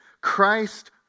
Christ